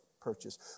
purchase